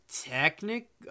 Technic